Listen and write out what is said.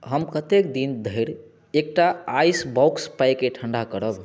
हम कतेक दिन धरि एकटा आइसबॉक्स पाइके ठण्डा करब